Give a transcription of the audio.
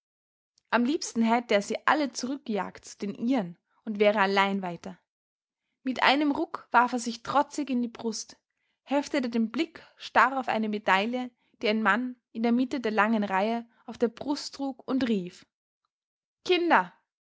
am liebsten hätte er sie alle zurückgejagt zu den ihren und wäre allein weiter mit einem ruck warf er sich trotzig in die brust heftete den blick starr auf eine medaille die ein mann in der mitte der langen reihe auf der brust trug und rief kinder